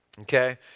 okay